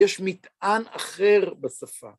יש מטען אחר בשפה.